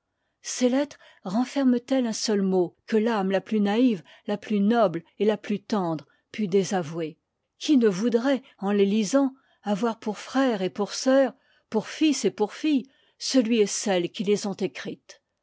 ces lettres renferment elles un seul mot que tâme la plus naïve la plus noble et la plus tendre pût désavouer qui ne voudroit en les lisant avoir pour frère et pour sœur pour fils et pour fdle celui et celle qui les ont écrites